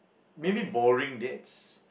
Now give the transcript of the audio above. maybe boring dates